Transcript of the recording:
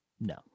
No